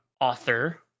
author